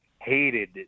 hated